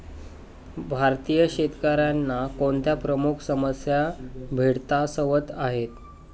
भारतीय शेतकऱ्यांना कोणत्या प्रमुख समस्या भेडसावत आहेत?